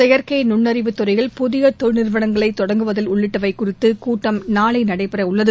செயற்கை நுண்ணறிவு துறையில் புதிய தொழில் நிறுவனங்களை தொடங்குதல் உள்ளிட்டவை குறித்த கூட்டம் நாளை நடைபெற உள்ளது